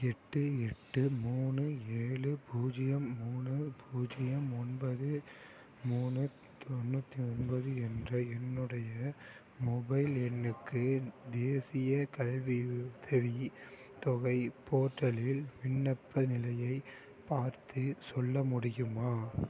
எட்டு எட்டு மூணு ஏழு பூஜ்ஜியம் மூணு பூஜ்ஜியம் ஒன்பது மூணு தொண்ணூற்றி ஒன்பது என்ற என்னுடைய மொபைல் எண்ணுக்கு தேசியக் கல்வி உதவித் தொகை போர்ட்டலில் விண்ணப்ப நிலையைப் பார்த்துச் சொல்ல முடியுமா